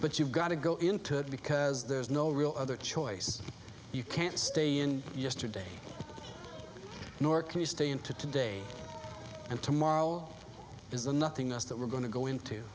but you've got to go into it because there's no real other choice you can't stay in yesterday nor can you stay in to today and tomorrow is the nothingness that we're going to go into